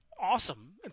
Awesome